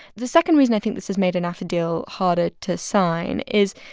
the second reason i think this has made a nafta deal harder to sign is,